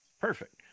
Perfect